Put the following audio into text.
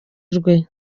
rwe